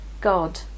God